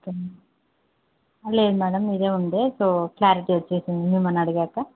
okay లేదు madam ఇదే ఉంది సో క్లారిటీ వచ్చేసింది మిమల్ని అడిగాక